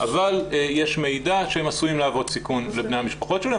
אבל יש מידע שהם עשויים להוות סיכון לבני המשפחות שלהם